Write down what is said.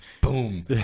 Boom